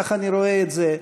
ככה אני רואה את זה,